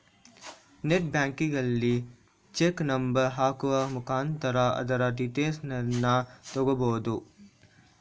net ಬ್ಯಾಂಕಿಂಗಲ್ಲಿ check number ಹಾಕುವ ಮುಖಾಂತರ ಅದರ ಡೀಟೇಲ್ಸನ್ನ ತಗೊಬೋದು